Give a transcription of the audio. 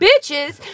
bitches